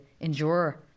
endure